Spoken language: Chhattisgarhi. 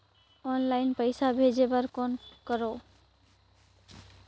ऑनलाइन पईसा भेजे बर कौन करव?